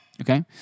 okay